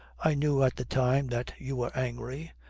i knew at the time that you were angry,